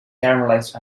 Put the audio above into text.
caramelized